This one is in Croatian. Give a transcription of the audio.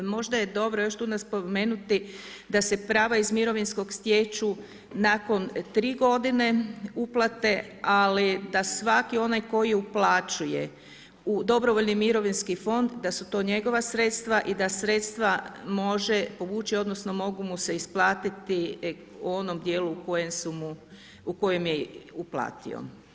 Možda je dobro još tu spomenuti da se prava iz mirovinskog stječu nakon 3 godine uplate, ali da svaki onaj koji uplaćuje u dobrovoljni mirovinski fond, da su to njegova sredstva i da sredstva može povući, odnosno mogu mu se isplatiti u onom dijelu u kojem je uplatio.